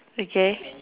okay